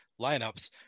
lineups